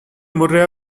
murray